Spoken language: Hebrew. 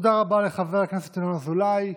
תודה רבה לחבר הכנסת ינון אזולאי.